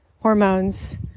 hormones